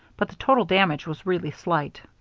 but the total damage was really slight.